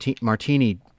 martini